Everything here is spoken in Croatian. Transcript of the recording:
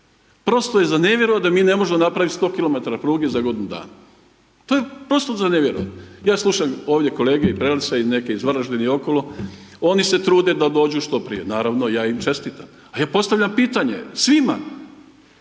Prosto je za nevjerovat da mi ne možemo napravit 100 km pruge za godinu dana, to je prosto za nevjerovat. Ja slušam ovdje kolege i Prelca i neke iz Varaždina i okolo, oni se trude da dođu što prije, naravno ja im čestitam, a ja postavljam pitanje svima